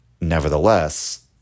Nevertheless